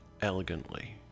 elegantly